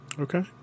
Okay